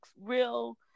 real